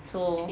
so